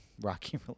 Rocky